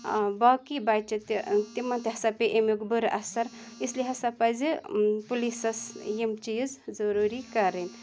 باقٕے بَچہِ تہِ تِمَن تہِ ہَسا پیہِ امیُک بُرٕ اثر اسلیے ہَسا پَزِ پُلیٖسَس یِم چیٖز ضروٗری کَرٕنۍ